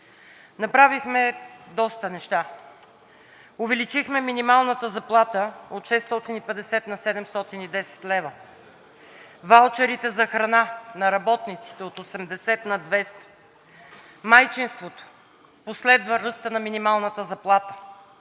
на доходите. Увеличихме минималната заплата от 650 на 710 лв., ваучерите за храна на работниците от 80 на 200-а, майчинството последва ръста на минималната заплата,